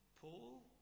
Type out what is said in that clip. Paul